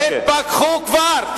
תתפכחו כבר.